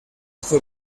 fue